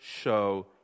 show